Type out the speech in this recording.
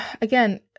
Again